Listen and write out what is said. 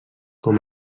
com